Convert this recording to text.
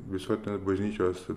visuotinės bažnyčios